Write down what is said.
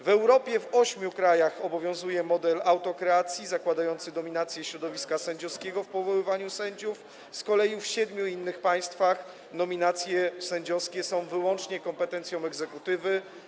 W Europie w ośmiu krajach obowiązuje model autokreacji zakładający dominację środowiska sędziowskiego w powoływaniu sędziów, z kolei w siedmiu innych państwach nominacje sędziowskie są wyłącznie kompetencją egzekutywy.